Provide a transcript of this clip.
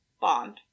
Bond